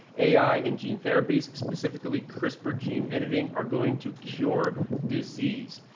ai and gene therapies, specifically crispr gene editing are going to cure disease.